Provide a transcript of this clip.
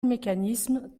mécanisme